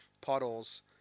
puddles